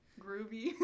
groovy